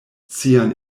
sian